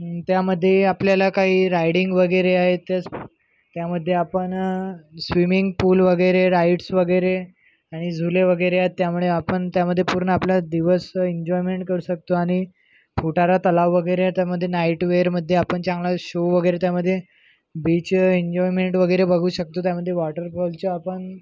त्यामध्ये आपल्याला काही रायडिंग वगैरे आहेतच त्यामध्ये आपण स्विमिंग पूल वगैरे राइडस वगैरे आणि झुले वगैरे आहेत त्यामुळे आपण त्यामध्ये पूर्ण आपला दिवस एंजॉयमेंट करू शकतो आणि फुटारा तलाव वगैरे त्याच्यामध्ये नाइटवेअरमध्ये आपण चांगला शो वगैरे त्यामध्ये बीच एंजॉयमेंट वगैरे बघू शकतो त्यामध्ये वॉटरफॉलचे आपण